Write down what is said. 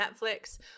netflix